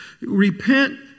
Repent